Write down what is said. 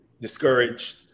discouraged